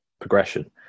progression